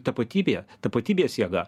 tapatybė tapatybės jėga